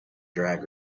drag